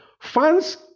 Fans